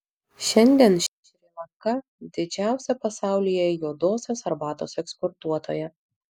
šiandien šri lanka didžiausia pasaulyje juodosios arbatos eksportuotoja